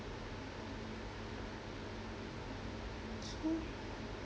hmm